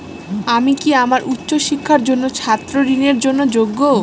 আমি কি আমার উচ্চ শিক্ষার জন্য ছাত্র ঋণের জন্য যোগ্য?